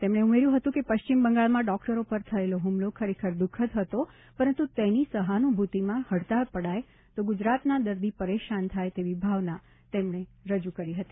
શ્રી પટેલે ઉમેર્યું હતું કે પશ્ચિમ બંગાળમાં ડોકટરો ઉપર થયેલો હુમલો ખરેખર દુઃખદ હતો પરંતુ તેની સહાનુભૂતિમાં હડતાળ પડાય તો ગુજરાતના દર્દી પરેશાન થાય તેવી ભાવના તેમણે રજૂ કરી હતી